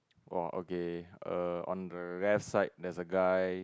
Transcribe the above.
orh okay err on the rest side there's a guy